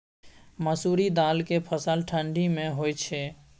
मसुरि दाल के फसल ठंडी मे होय छै?